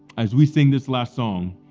as we sing this last song,